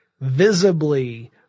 visibly